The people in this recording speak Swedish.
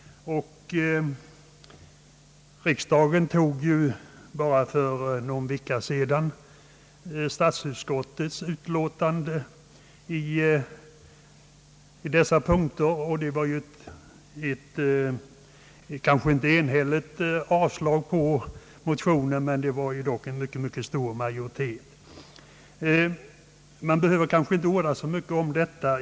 Riksdagen godkände bara för någon vecka sedan statsutskottets utlåtande i denna fråga. Det var inte något enhälligt avslag på motionerna, men det var en mycket stor majoritet bakom avslagsyrkandet. Man behöver mycket om detta.